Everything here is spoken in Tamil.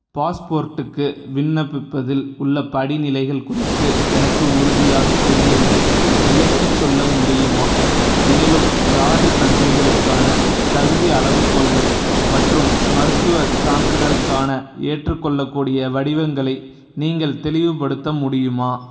பாஸ்போர்ட்டுக்கு விண்ணப்பிப்பதில் உள்ள படிநிலைகள் குறித்து எனக்கு உறுதியாகத் தெரியவில்லை விளக்கிச் சொல்ல முடியுமா மேலும் ராஜ தந்திரிகளுக்கான தகுதி அளவுகோல்கள் மற்றும் மருத்துவச் சான்றிதழுக்கான ஏற்றுக் கொள்ளக் கூடிய வடிவங்களை நீங்கள் தெளிவுபடுத்த முடியுமா